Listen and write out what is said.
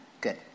Good